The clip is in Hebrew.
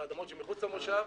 באדמות שמחוץ למושב,